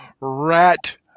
rat